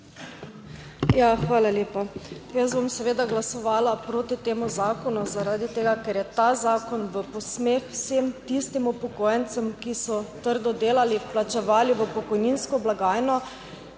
hvala lepa. Jaz bom seveda glasovala proti temu zakonu, zaradi tega ker je ta zakon v posmeh vsem tistim upokojencem, ki so trdo delali, vplačevali v pokojninsko blagajno